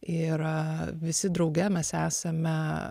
ir visi drauge mes esame